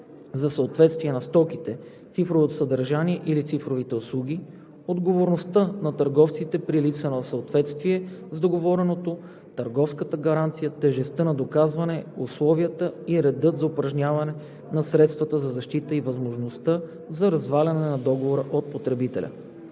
за съответствие на стоките, цифровото съдържание или цифровите услуги, отговорността на търговците при липса на съответствие с договореното, търговската гаранция, тежестта на доказване, условията и редът за упражняване на средствата за защита и възможността за разваляне на договора от потребителя.